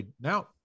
Now